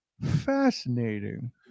Fascinating